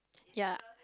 ya